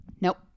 nope